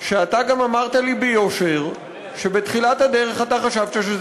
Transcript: שאתה גם אמרת לי ביושר שבתחילת הדרך אתה חשבת שזה